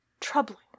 Troubling